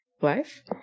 life